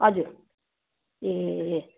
हजुर ए